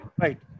Right